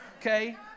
Okay